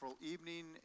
evening